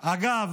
אגב,